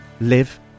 live